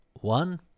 one